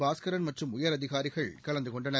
பாஸ்கரன் மற்றும் உயரதிகாரிகள் கலந்து கொண்டனர்